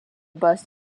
bust